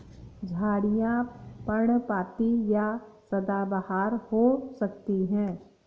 झाड़ियाँ पर्णपाती या सदाबहार हो सकती हैं